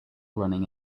running